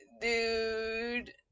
Dude